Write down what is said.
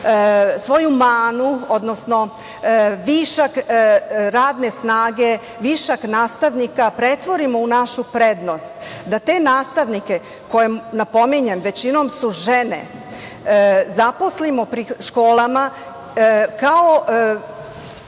svoju manu, odnosno višak radne snage, višak nastavnika pretvorimo u našu prednost. Da te nastavnike koje, napominjem, većinom su žene, zaposlimo pri školama, da